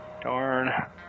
Darn